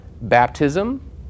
baptism